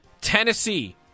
Tennessee